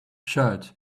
shirt